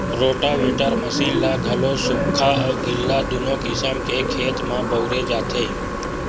rotavator machine ल घलो सुख्खा अउ गिल्ला दूनो किसम के खेत म बउरे जाथे